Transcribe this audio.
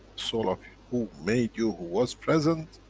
soul of who made you, who was present,